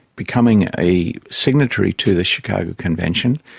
becoming a signatory to the chicago convention,